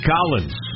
Collins